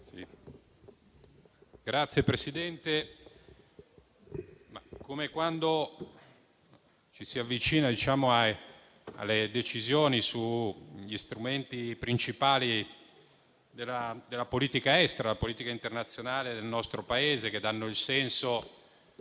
Signor Presidente, quando ci si avvicina alle decisioni sugli strumenti principali della politica estera e della politica internazionale del nostro Paese, che danno il senso